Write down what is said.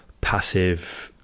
passive